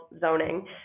zoning